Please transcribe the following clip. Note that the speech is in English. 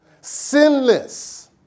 Sinless